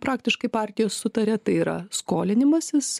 praktiškai partijos sutaria tai yra skolinimasis